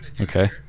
Okay